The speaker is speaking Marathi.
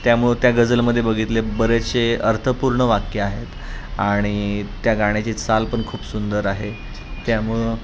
त्यामुळं त्या गझलमध्ये बघितले बरेचसे अर्थपूर्ण वाक्य आहेत आणि त्या गाण्याची चाल पण खूप सुंदर आहे त्यामुळं